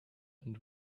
and